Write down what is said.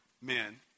men